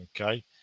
Okay